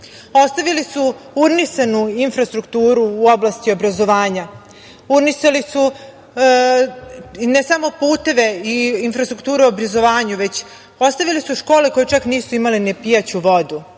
Ostavili su urnisanu infrastrukturu u oblasti obrazovanja. Urnisali su ne samo puteve i infrastrukturu obrazovanja, već su ostavili škole koje čak nisu imale ni pijaću vodu,